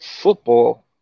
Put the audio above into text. football